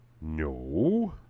no